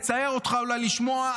יצער אותך אולי לשמוע,